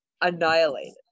annihilated